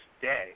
today